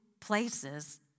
places